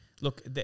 Look